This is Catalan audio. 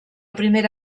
primera